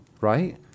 right